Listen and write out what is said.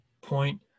point